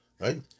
right